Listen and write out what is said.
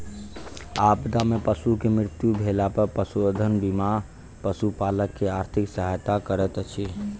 आपदा में पशु के मृत्यु भेला पर पशुधन बीमा पशुपालक के आर्थिक सहायता करैत अछि